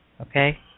Okay